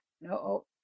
no